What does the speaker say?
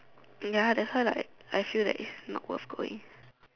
ya that's why like I feel like it's not worth going